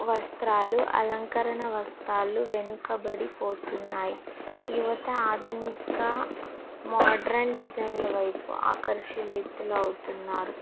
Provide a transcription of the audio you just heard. వస్త్రాలు అలంకరణ వస్త్రాలు వెనుకబడిపోతున్నాయి యువత ఆధునిక మోడ్రన్ డిజైన్ల వైపు ఆకర్షితులు అవుతున్నారు